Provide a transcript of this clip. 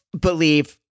believe